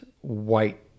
white